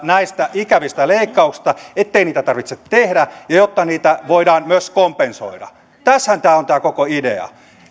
keskustella näistä ikävistä leikkauksista ettei niitä tarvitse tehdä ja jotta niitä voidaan myös kompensoida tässähän on tämä koko idea